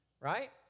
right